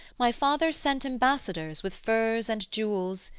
my father sent ambassadors with furs and jewels,